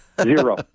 Zero